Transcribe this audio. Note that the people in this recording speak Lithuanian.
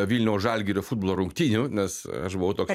vilniaus žalgirio futbolo rungtynių nes aš buvau toks